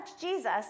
Jesus